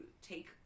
take